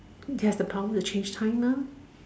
he has the power to change time mah